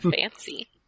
fancy